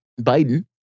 Biden